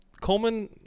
Coleman